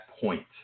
point